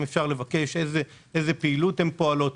אפשר לבקש איזה פעילות הן פועלות.